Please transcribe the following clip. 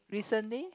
recently